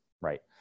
right